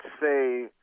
say